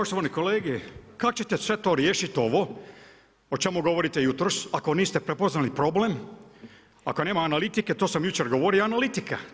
Poštovani kolege, kako ćete sve to riješiti ovo, o čemu govorite jutros, ako niste prepoznali problem, ako nema analitike, to sam jučer govorio analitika.